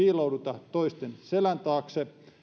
piilouduta toisten selän taakse